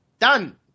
Done